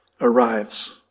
arrives